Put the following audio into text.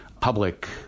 public